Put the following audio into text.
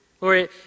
Lord